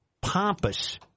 pompous